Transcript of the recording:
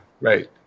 right